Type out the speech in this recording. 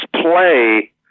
play